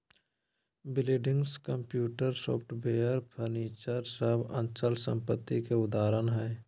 buildings, computer, software, furniture सब अचल संपत्ति के उदाहरण हय